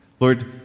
Lord